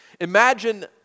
Imagine